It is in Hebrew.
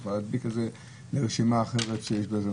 היא יכולה להדביק את זה לרשימה אחרת של מיילים.